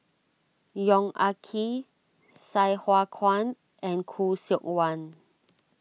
Yong Ah Kee Sai Hua Kuan and Khoo Seok Wan